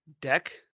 deck